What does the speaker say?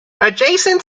adjacent